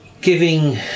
giving